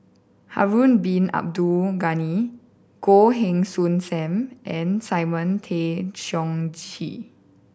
Harun Bin Abdul Ghani Goh Heng Soon Sam and Simon Tay Seong Chee